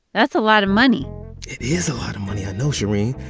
that's a lot of money it is a lot of money. i know, shereen.